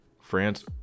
France